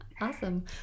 Awesome